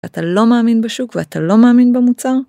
אתה לא מאמין בשוק ואתה לא מאמין במוצר?